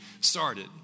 started